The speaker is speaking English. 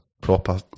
proper